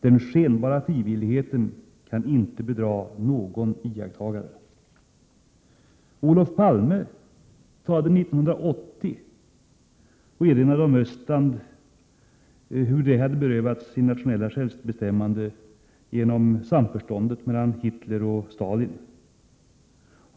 Den skenbara frivilligheten kan inte bedra någon iakttagare.” Olof Palme erinrade 1980 om hur Estland hade berövats sitt nationella självbestämmande genom samförståndet mellan Hitler och Stalin.